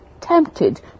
tempted